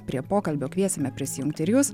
prie pokalbio kviesime prisijungti ir jūs